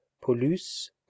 polus